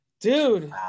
Dude